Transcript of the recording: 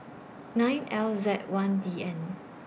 nine L Z one D N